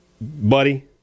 buddy